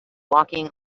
walking